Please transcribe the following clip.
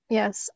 Yes